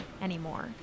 anymore